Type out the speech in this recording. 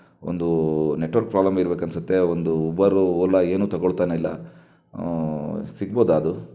ಒಂದು network problem ಇರಬೇಕನ್ಸುತ್ತೆ ಒಂದು ಉಬರ್ ಓಲಾ ಏನೂ ತಗೊಳ್ತಾನೇ ಇಲ್ಲ ಸಿಗಬಹುದಾ ಅದು